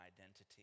identity